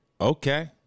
Okay